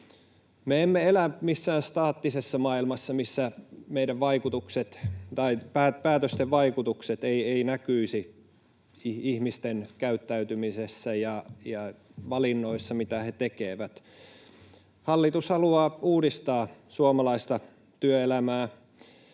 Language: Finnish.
emme elä missään staattisessa maailmassa, missä meidän päätösten vaikutukset eivät näkyisi ihmisten käyttäytymisessä ja valinnoissa, mitä he tekevät. Hallitus haluaa uudistaa suomalaista työelämää